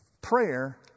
Prayer